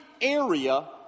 area